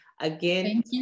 again